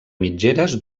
mitgeres